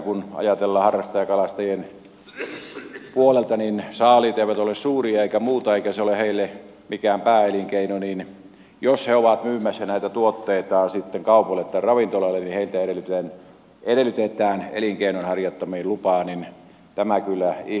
kun ajatellaan tätä harrastajakalastajien puolelta niin saaliit eivät ole suuria eikä muuta eikä se ole heille mikään pääelinkeino ja jos he ovat myymässä näitä tuotteitaan sitten kaupoille tai ravintoloille niin heiltä edellytetään elinkeinonharjoittamislupaa ja tämä kyllä ihmetyttää